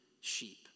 sheep